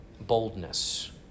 boldness